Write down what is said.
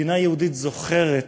מדינה יהודית זוכרת